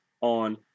on